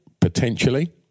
Potentially